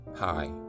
Hi